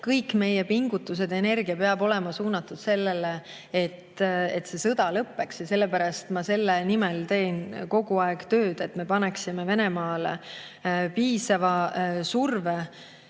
kõik meie pingutused ja energia peavad olema suunatud sellele, et see sõda lõppeks. Ja selle nimel ma teen kogu aeg tööd, et me paneksime Venemaale piisava surve